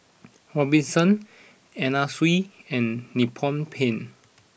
Robinsons Anna Sui and Nippon Paint